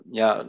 ja